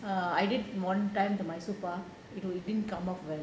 err I did one time to Mysore pak you know it didn't come out well